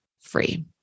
free